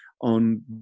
on